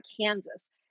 Kansas